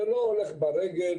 וזה לא הולך ברגל.